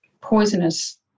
poisonous